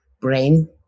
brain